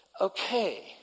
okay